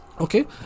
okay